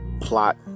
plot